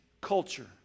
culture